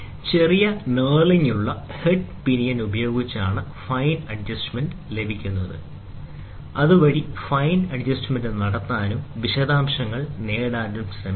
ചെറിയ നർലിംഗ് ഉള്ള head pinion ഉപയോഗിച്ചാണ് ഫൈൻ അഡ്ജസ്റ്റ്മെന്റ് ലഭിക്കുന്നത് അതുവഴി ഫൈൻ അഡ്ജസ്റ്റ്മെന്റ് നടത്താനും വിശദാംശങ്ങൾ നേടാനും ശ്രമിക്കാം